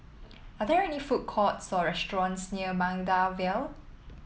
are there any food courts or restaurants near Maida Vale